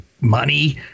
money